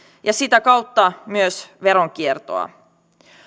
ja sitä kautta myös veronkiertoa